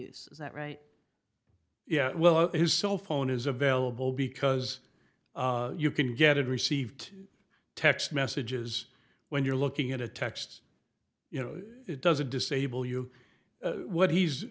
is that right yeah well his cell phone is available because you can get it received text messages when you're looking at a text you know it doesn't disable you what he's